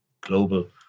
global